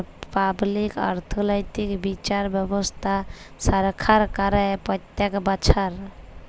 public অথ্থলৈতিক বিচার ব্যবস্থা ছরকার ক্যরে প্যত্তেক বচ্ছর